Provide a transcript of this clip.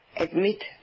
Admit